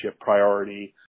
priority